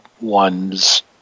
ones